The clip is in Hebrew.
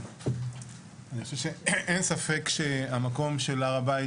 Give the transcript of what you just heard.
אני חושב שאין ספק שהמקום של הר הבית